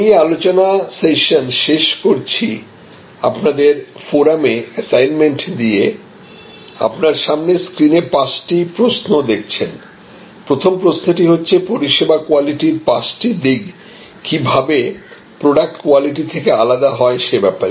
আমি এই আলোচনা সেশন শেষ করছি আপনাদের ফোরামে অ্যাসাইনমেন্ট দিয়েআপনার সামনে স্ক্রিনে পাঁচটি প্রশ্ন দেখছেন প্রথম প্রশ্নটি হচ্ছে পরিষেবা কোয়ালিটির পাঁচটি দিক কিভাবে প্রডাক্ট কোয়ালিটির থেকে আলাদা হয় সেই ব্যাপারে